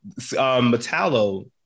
Metallo